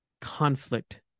conflict